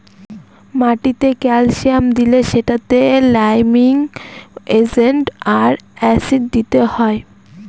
মাটিতে ক্যালসিয়াম দিলে সেটাতে লাইমিং এজেন্ট আর অ্যাসিড দিতে হয়